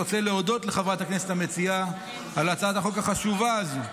אני רוצה להודות לחברת הכנסת המציעה על הצעת החוק החשובה הזו.